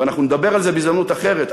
ואנחנו נדבר על זה בהזדמנות אחרת,